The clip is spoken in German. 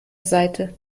seite